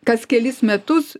kas kelis metus